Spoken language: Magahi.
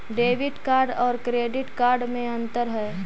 डेबिट कार्ड और क्रेडिट कार्ड में अन्तर है?